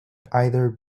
either